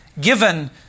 given